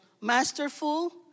masterful